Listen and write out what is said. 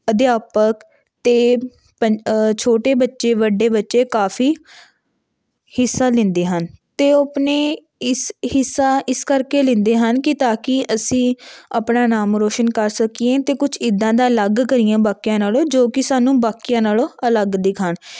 ਅਧਿਆਪਕ ਅਤੇ ਪੰ ਛੋਟੇ ਬੱਚੇ ਵੱਡੇ ਬੱਚੇ ਕਾਫੀ ਹਿੱਸਾ ਲੈਂਦੇ ਹਨ ਅਤੇ ਉਹ ਆਪਣੇ ਇਸ ਹਿੱਸਾ ਇਸ ਕਰਕੇ ਲੈਂਦੇ ਹਨ ਕਿ ਤਾਂ ਕਿ ਅਸੀਂ ਆਪਣਾ ਨਾਮ ਰੌਸ਼ਨ ਕਰ ਸਕੀਏ ਅਤੇ ਕੁਝ ਇੱਦਾਂ ਦਾ ਅਲੱਗ ਕਰੀਏ ਬਾਕੀਆਂ ਨਾਲੋਂ ਜੋ ਕਿ ਸਾਨੂੰ ਬਾਕੀਆਂ ਨਾਲੋਂ ਅਲੱਗ ਦਿਖਾਉਣ